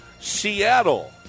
Seattle